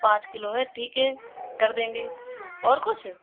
पाँच किलो है ठीक है कर देंगे और कुछ